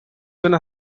una